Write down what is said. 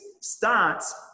starts